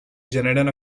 generen